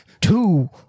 Two